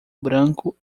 branco